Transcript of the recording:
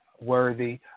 worthy